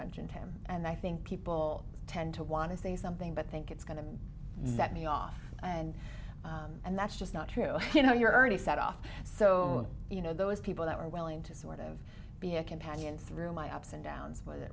mentioned him and i think people tend to want to say something but think it's going to set me off and and that's just not true you know you're already set off so you know those people that are willing to sort of be a companion through my ups and downs